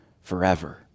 forever